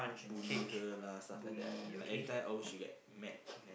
bully her lah stuff like that like anytime all she get mad